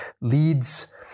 leads